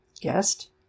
Guest